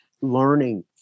learning